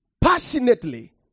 passionately